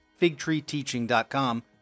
figtreeteaching.com